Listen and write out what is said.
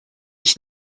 ich